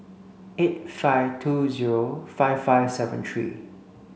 eight five two zero five five seven three